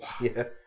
yes